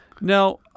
Now